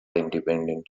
independent